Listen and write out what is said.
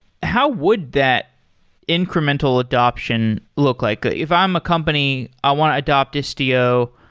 how would that incremental adoption look like? ah if i'm a company, i want to adopt istio,